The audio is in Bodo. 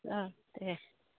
दे